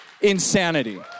insanity